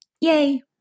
Yay